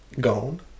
gone